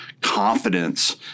confidence